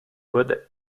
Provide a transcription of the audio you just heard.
bonnet